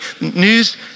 news